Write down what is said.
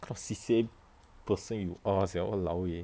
what C_C_A person you are sia !walao! eh